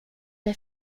der